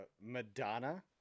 Madonna